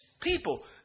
people